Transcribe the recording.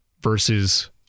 versus